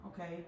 okay